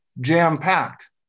jam-packed